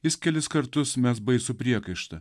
jis kelis kartus mes baisų priekaištą